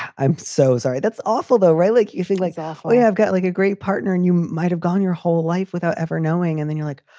i'm so sorry. that's awful, though, relic, if you like. oh, yeah. i've got like a great partner and you might have gone your whole life without ever knowing. and then you're like,